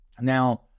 Now